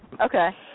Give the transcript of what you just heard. Okay